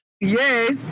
Yes